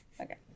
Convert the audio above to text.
Okay